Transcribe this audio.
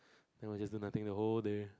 then we just do nothing the whole day